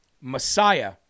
Messiah